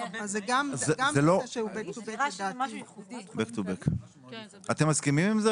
לדעתי גם זה דבר שהוא Back to back/ אתם מסכימים עם זה?